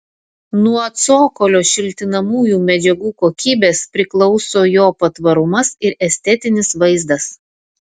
nuo cokolio šiltinamųjų medžiagų kokybės priklauso jo patvarumas ir estetinis vaizdas